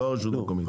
לא הרשות המקומית.